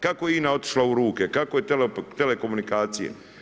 Kako je INA otišla u ruke, kako je telekomunikacije?